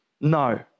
No